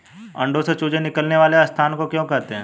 अंडों से चूजे निकलने वाले स्थान को क्या कहते हैं?